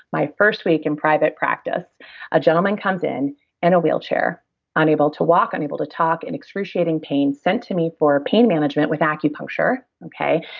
my first week in private practice a gentleman comes in in a wheelchair unable to walk, unable to talk, in excruciating pain, sent to me for pain management with acupuncture. okay.